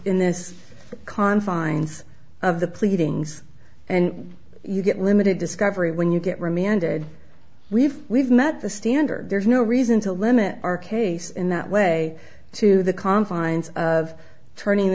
in this confines of the pleadings and you get limited discovery when you get remanded we've we've met the standard there's no reason to limit our case in that way to the confines of turning